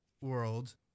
world